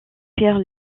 pierre